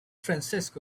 francesco